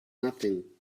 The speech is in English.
nothing